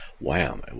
wham